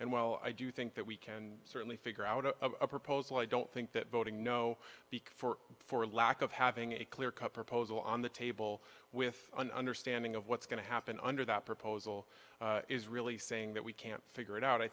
and while i do think that we can certainly figure out a proposal i don't think that voting no for for lack of having a clear cut proposal on the table with an understanding of what's going to happen under that proposal is really saying that we can't figure it out i